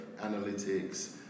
analytics